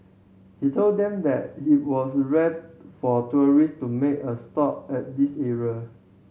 he told them that he was rare for tourist to make a stop at this area